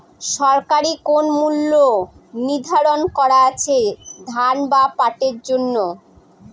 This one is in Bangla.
সরকারি কোন মূল্য নিধারন করা আছে ধান বা পাটের জন্য?